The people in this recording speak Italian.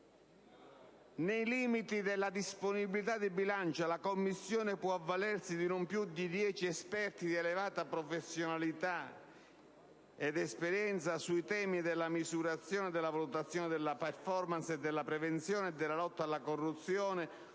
Nei limiti della disponibilità del bilancio, la Commissione può altresì avvalersi di non più di dieci esperti di elevata professionalità ed esperienza sui temi della misurazione e della valutazione della *performance*, della prevenzione e della lotta alla corruzione,